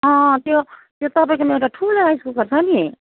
अँ त्यो त्यो तपाईँकोमा एउटा ठुलो राइस कुकर छ नि